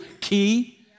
key